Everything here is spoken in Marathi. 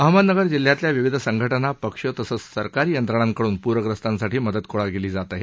अहमदनगर जिल्ह्यातल्या विविध संघटना पक्ष तसंच सरकारी यंत्रणांकडून प्रग्रस्तांसाठी मदत गोळा केली जात आहे